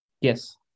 Yes